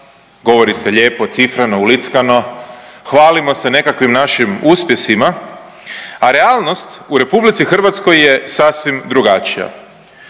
govori se lijepo, cifrano, ulickano, hvalimo se nekakvim našim uspjesima, a realnost u RH je sasvim drugačija.